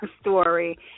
story